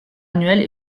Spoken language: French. annuelle